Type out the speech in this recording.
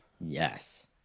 Yes